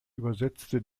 übersetzte